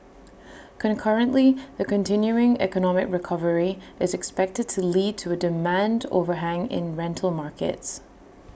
concurrently the continuing economic recovery is expected to lead to A demand overhang in rental markets